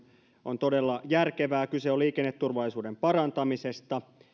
on todella järkevää kyse on liikenneturvallisuuden parantamisesta